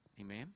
Amen